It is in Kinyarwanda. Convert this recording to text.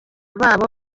babo